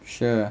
sure